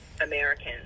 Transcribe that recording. Americans